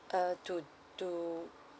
uh to to